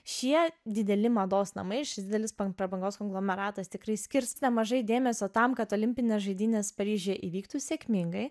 šie dideli mados namai šis didelis prabangos konglomeratas tikrai skirs nemažai dėmesio tam kad olimpines žaidynes paryžiuje įvyktų sėkmingai